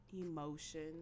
emotions